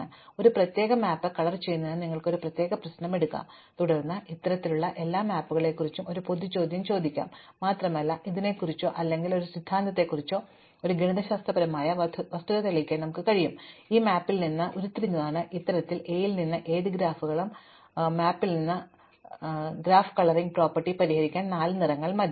അതിനാൽ ഒരു പ്രത്യേക മാപ്പ് കളർ ചെയ്യുന്നതിനെക്കുറിച്ച് നിങ്ങൾക്ക് ഒരു പ്രത്യേക പ്രശ്നം എടുക്കാം തുടർന്ന് ഇത്തരത്തിലുള്ള എല്ലാ മാപ്പുകളെക്കുറിച്ചും ഞങ്ങൾക്ക് ഒരു പൊതു ചോദ്യം ചോദിക്കാം മാത്രമല്ല ഇതിനെക്കുറിച്ചോ അല്ലെങ്കിൽ ഒരു സിദ്ധാന്തത്തെക്കുറിച്ചോ ഒരു ഗണിതശാസ്ത്രപരമായ വസ്തുത തെളിയിക്കാൻ ഞങ്ങൾക്ക് കഴിയും ഏത് മാപ്പിൽ നിന്നും ഉരുത്തിരിഞ്ഞതാണ് ഇത്തരത്തിലുള്ള എയിൽ നിന്ന് ഏത് ഗ്രാഫുകളും ഇത്തരത്തിലുള്ള മാപ്പിൽ നിന്ന് ഉരുത്തിരിഞ്ഞതാണോ ഗ്രാഫ് കളറിംഗ് പ്രോപ്പർട്ടി പരിഹരിക്കാൻ നാല് നിറങ്ങൾ മതി